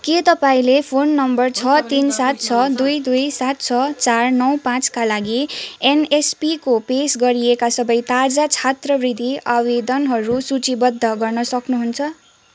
के तपाईँँले phone number छ तिन सात छ दुई दुई सात छ चार नौ पाचँका लागि एनएसपीको पेस गरिएका सबै ताजा छात्रवृत्ति आवेदनहरू सूचीबद्ध गर्न सक्नुहुन्छ